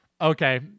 okay